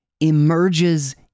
emerges